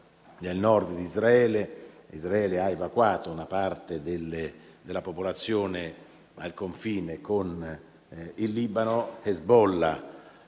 nel Nord di Israele. Israele ha evacuato una parte della popolazione al confine con il Libano, Hezbollah